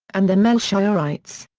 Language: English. and the melchiorites.